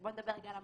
בוא נדבר על המהות.